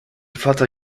vater